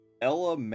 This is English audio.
Ella